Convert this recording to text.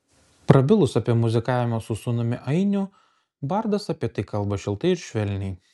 prabilus apie muzikavimą su sūnumi ainiu bardas apie tai kalba šiltai ir švelniai